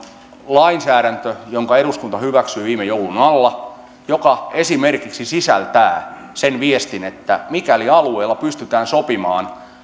lainsäädäntö jonka eduskunta hyväksyi viime joulun alla joka esimerkiksi sisältää sen viestin että mikäli alueella pystytään sopimaan